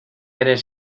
eres